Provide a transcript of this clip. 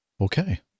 Okay